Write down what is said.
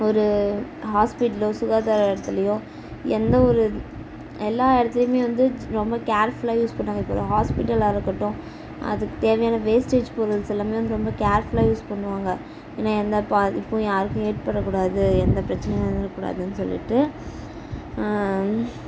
ஒரு ஹாஸ்பிட்டல்லோ சுகாதார இடத்துலயோ எந்த ஒரு எல்லா இடத்துலயுமே வந்து ரொம்ப கேர்ஃபுல்லாக யூஸ் பண்ணுவாங்க இப்போ ஒரு ஹாஸ்பிட்டலாக இருக்கட்டும் அதுக்கு தேவையான வேஸ்டேஜ் பொருள்ஸ் எல்லாமே வந்து ரொம்ப கேர்ஃபுல்லாக யூஸ் பண்ணுவாங்க ஏன்னா எந்த பாதிப்பும் யாருக்கும் ஏற்படக்கூடாது எந்த பிரச்சனையும் வந்துடக்கூடாதுன்னு சொல்லிட்டு